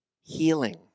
healing